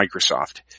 Microsoft